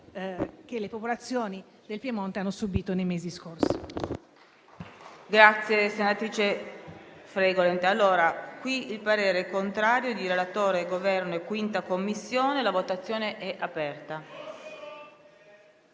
che le popolazioni del Piemonte hanno subito nei mesi scorsi.